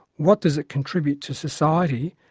what does it contribute to society,